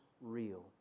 real